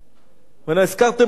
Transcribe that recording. ולא הזכרתם פה את מורסי,